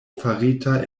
farita